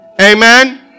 Amen